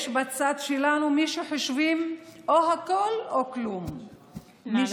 יש בצד שלנו מי שחושבים או הכול או כלום, נא לסכם.